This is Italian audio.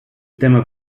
tema